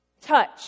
touch